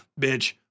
bitch